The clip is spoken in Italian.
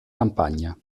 campagna